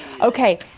Okay